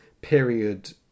period